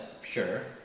sure